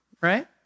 Right